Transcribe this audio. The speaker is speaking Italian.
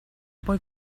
poi